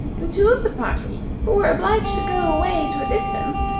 and two of the party, who were obliged to go away to a distance,